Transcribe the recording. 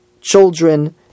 children